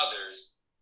others